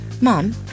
Mom